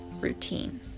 routine